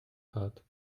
hat